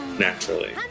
Naturally